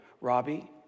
Robbie